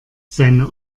seine